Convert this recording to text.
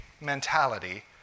mentality